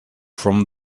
from